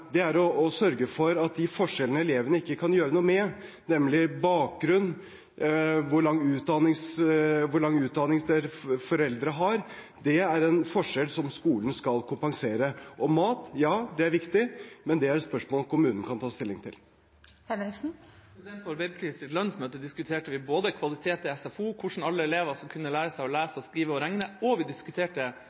er å sørge for at de forskjellene elevene ikke kan gjøre noe med, nemlig bakgrunn, hvor lang utdanning foreldre har, er forskjeller som skolen skal kompensere. Mat er viktig, men det er et spørsmål kommunen kan ta stilling til. På Arbeiderpartiets landsmøte diskuterte vi både kvalitet i SFO og hvordan alle elever skal kunne lære seg å lese, skrive og regne, og vi diskuterte